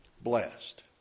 blessed